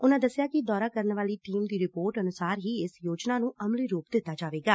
ਉਨਾਂ ਦੱਸਿਆ ਕਿ ਦੌਰਾ ਕਰਨ ਵਾਲੀ ਟੀਮ ਦੀ ਰਿਪੋਰਟ ਅਨੁਸਾਰ ਹੀ ਇਸ ਯੋਜਨਾ ਨੂੰ ਅਮਲੀ ਰੁਪ ਦਿੱਤਾ ਜਾਵੇਗਾ